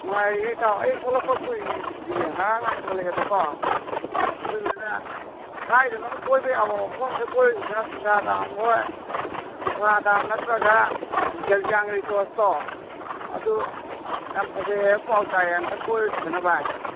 ꯅꯨꯡꯉꯥꯏꯔꯤꯌꯦ ꯏꯇꯥꯎ ꯑꯩ ꯊꯣꯛꯂꯛꯄ ꯀꯨꯏꯗ꯭ꯔꯤꯌꯦ ꯉꯔꯥꯡ ꯅꯍꯥꯟ ꯊꯣꯛꯂꯛꯑꯦꯕꯀꯣ ꯑꯗꯨꯗꯨꯅ ꯀꯥꯏꯗꯅꯣꯝ ꯀꯣꯏꯕ ꯌꯥꯕ ꯃꯐꯝ ꯑꯃꯗ ꯀꯣꯏꯔꯨꯁꯤꯗꯅ ꯁꯤꯡꯗꯥ ꯗꯥꯝ ꯈꯣꯏ ꯈꯨꯒꯥ ꯗꯥꯝ ꯅꯠꯇ꯭ꯔꯒ ꯒꯦꯜꯖꯥꯡ ꯔꯤꯁꯣꯔꯠꯇꯣ ꯑꯗꯨ ꯌꯥꯝ ꯐꯖꯩ ꯍꯥꯏꯕ ꯄꯥꯎ ꯇꯥꯏꯌꯦ ꯑꯃꯨꯛꯇꯪ ꯀꯣꯏꯔꯨꯁꯤꯗꯅ ꯚꯥꯏ